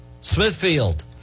Smithfield